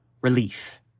relief